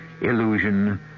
illusion